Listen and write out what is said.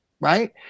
right